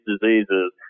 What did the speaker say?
diseases